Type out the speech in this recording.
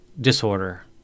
disorder